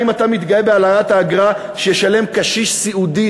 האם אתה מתגאה בהעלאת האגרה שישלם קשיש סיעודי